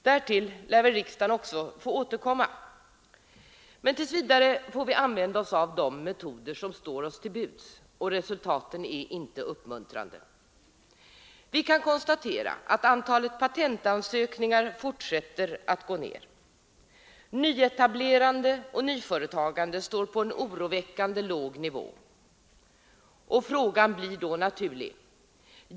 Därtill lär riksdagen få återkomma. Men tills vidare får vi använda de metoder som står oss till buds. Resultaten är inte uppmuntrande. Vi kan konstatera att antalet patentansökningar fortsätter att gå ner. Nyetablerande och nyföretagande står på en oroväckande låg nivå. Frågan blir då naturlig.